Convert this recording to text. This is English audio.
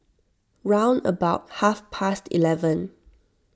round about half past eleven